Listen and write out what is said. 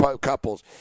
Couples